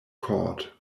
court